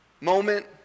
moment